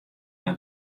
mei